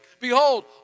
Behold